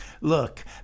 Look